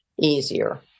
easier